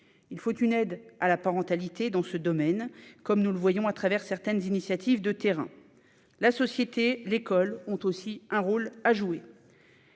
Il faut une aide à la parentalité dans ce domaine, comme nous le voyons au travers de certaines initiatives de terrain. La société, l'école ont aussi un rôle à jouer.